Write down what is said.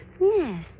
Yes